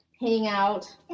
hangout